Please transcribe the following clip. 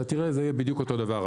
אתה תראה, זה יהיה בדיוק אותו הדבר.